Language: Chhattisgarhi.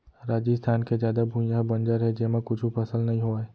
राजिस्थान के जादा भुइयां ह बंजर हे जेमा कुछु फसल नइ होवय